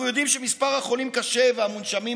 אנחנו יודעים שמספר החולים קשה והמונשמים,